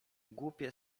głupie